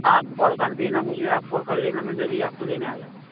आप कॉल कर देना मुझे आप कॉल कर लेना मैं जभी आपको लेने आ जाऊँगा